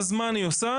אז מה אני עושה?